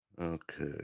Okay